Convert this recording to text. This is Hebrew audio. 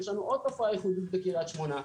יש לנו עוד תופעה ייחודית בקריית שמונה,